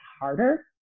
harder